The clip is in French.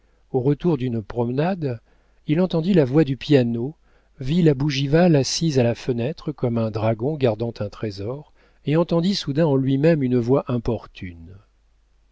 au retour d'une promenade il entendit la voix du piano vit la bougival assise à la fenêtre comme un dragon gardant un trésor et entendit soudain en lui-même une voix importune